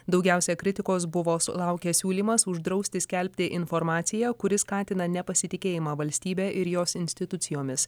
daugiausia kritikos buvo sulaukęs siūlymas uždrausti skelbti informaciją kuri skatina nepasitikėjimą valstybe ir jos institucijomis